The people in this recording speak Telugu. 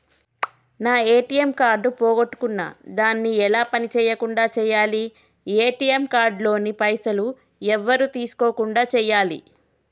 నా ఏ.టి.ఎమ్ కార్డు పోగొట్టుకున్నా దాన్ని ఎలా పని చేయకుండా చేయాలి ఏ.టి.ఎమ్ కార్డు లోని పైసలు ఎవరు తీసుకోకుండా చేయాలి?